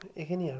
এইখিনিয়ে আৰু